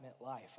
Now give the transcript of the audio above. life